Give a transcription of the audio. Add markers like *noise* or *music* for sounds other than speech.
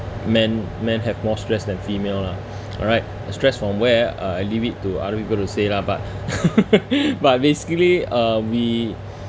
men men have more stress than female lah all right stress from where uh leave it to other people to say lah but *laughs* but basically um we